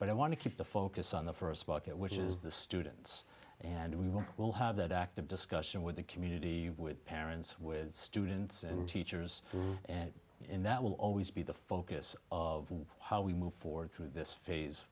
but i want to keep the focus on the first bucket which is the students and we will have that active discussion with the community with parents with students and teachers and in that will always be the focus of how we move forward through this phase